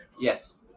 Yes